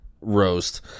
Roast